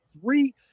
three